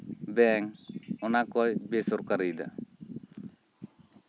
bank ᱚᱱᱟ ᱠᱚ ᱵᱮᱥᱚᱨᱠᱟᱨᱤᱭᱮᱫᱟ